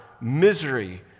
misery